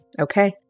Okay